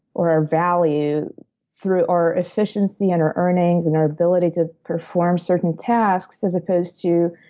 or our value through our efficiency, and our earnings, and our ability to perform certain tasks as opposed to